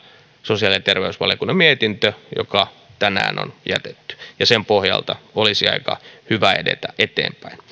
sosiaali ja terveysvaliokunnan mietintö joka tänään on jätetty ja sen pohjalta olisi aika hyvä edetä eteenpäin